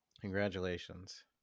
Congratulations